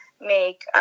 make